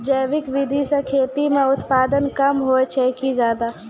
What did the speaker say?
जैविक विधि से खेती म उत्पादन कम होय छै कि ज्यादा?